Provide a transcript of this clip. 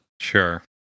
Sure